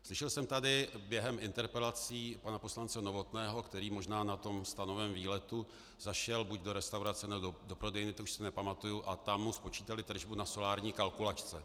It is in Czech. Slyšel jsem tady během interpelací pana poslance Novotného, který možná na tom stanovém výletu zašel buď do restaurace, nebo do prodejny, to už se nepamatuji, a tam mu spočítali tržbu na solární kalkulačce.